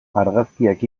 argazkiak